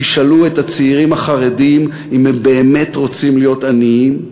תשאלו את הצעירים החרדים אם הם באמת רוצים להיות עניים,